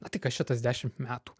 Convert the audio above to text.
na tai kas čia tas dešimt metų